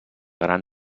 gran